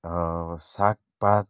र सागपात